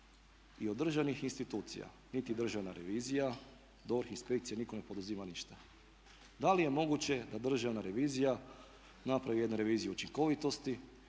I od državnih institucija, niti državna revizija, DORH, inspekcije, nitko ne poduzima ništa. Da li je moguće da državna revizija napravi jednu reviziju učinkovitosti